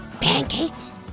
pancakes